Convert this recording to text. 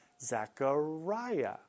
Zachariah